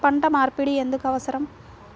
పంట మార్పిడి ఎందుకు అవసరం?